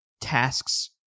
tasks